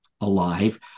alive